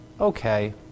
okay